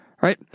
right